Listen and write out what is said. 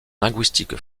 linguistique